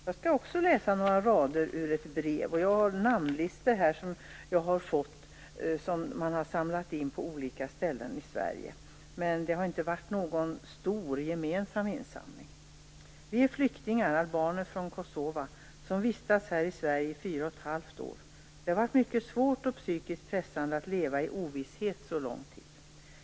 Jag har listor här över namn som man har samlat in på olika ställen i Sverige, men det har inte varit någon stor, gemensam insamling. I ett brev står det: Vi är flyktingar, albaner från Kosova, som vistats här i Sverige i fyra och ett halvt år. Det har varit mycket svårt och psykiskt pressande att leva i ovisshet så lång tid.